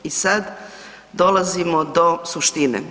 I sad dolazimo do suštine.